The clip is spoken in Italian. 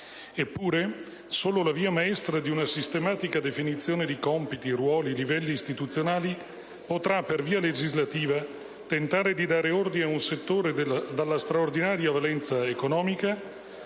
Eppure, solo la via maestra di una sistematica definizione di compiti, ruoli e livelli istituzionali potrà - per via legislativa - tentare di dare ordine a un settore dalla straordinaria valenza economica,